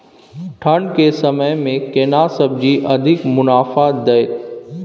ठंढ के समय मे केना सब्जी अधिक मुनाफा दैत?